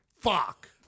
fuck